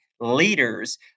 leaders